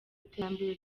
iterambere